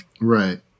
Right